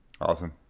Awesome